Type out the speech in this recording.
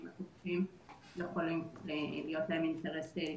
ומי הם התוקפים שיכול להיות להם אינטרס לתקוף.